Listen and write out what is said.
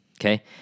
okay